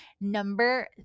number